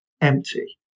empty